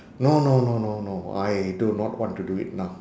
no no no no no I do not want to do it now